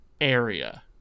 area